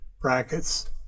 brackets